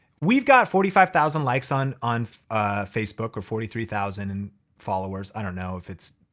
we've got forty five thousand likes on on facebook or forty three thousand and followers. i don't know if it's,